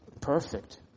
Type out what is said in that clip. perfect